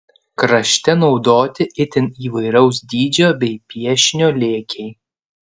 krašte naudoti itin įvairaus dydžio bei piešinio lėkiai